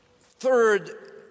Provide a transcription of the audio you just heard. Third